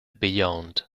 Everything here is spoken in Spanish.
beyond